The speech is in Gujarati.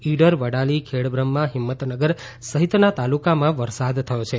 ઇડર વડાલી ખેડબ્રમ્હા હિંમતનગર સહિતના તાલુકામાં વરસાદ થયો છે